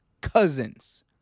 Cousins